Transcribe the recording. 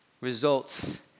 results